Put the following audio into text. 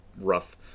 rough